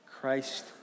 Christ